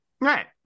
right